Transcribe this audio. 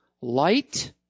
light